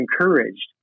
encouraged